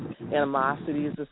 animosities